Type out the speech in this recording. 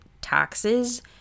taxes